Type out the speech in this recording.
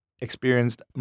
experienced